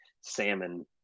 salmon